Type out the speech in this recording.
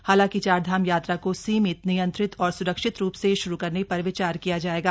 हालांकि चारधाम यात्रा को सीमित नियंत्रित और स्रक्षित रूप से श्रू करने पर विचार किया जाएगा